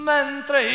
Mentre